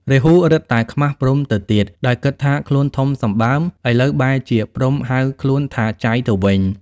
រាហូរឹតតែខ្មាសព្រហ្មទៅទៀត ដោយគិតថាខ្លួនធំសម្បើម ឥឡូវបែរជាព្រហ្មហៅខ្លួនថា "ចៃ" ទៅវិញ។